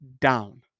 down